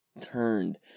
turned